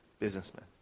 businessman